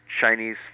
chinese